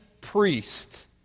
priest